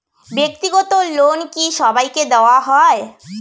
ব্যাক্তিগত লোন কি সবাইকে দেওয়া হয়?